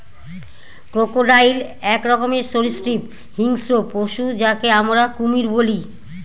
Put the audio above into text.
crocodile এক রকমের সরীসৃপ হিংস্র পশু যাকে আমরা কুমির বলি